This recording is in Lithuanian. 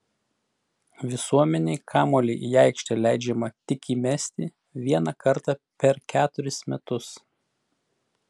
visuomenei kamuolį į aikštę leidžiama tik įmesti vieną kartą per keturis metus